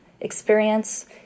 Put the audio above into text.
experience